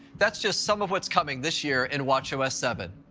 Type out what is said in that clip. that's just some of what's coming this year in watchos seven,